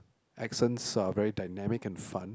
accents are very dynamic and fun